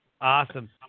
Awesome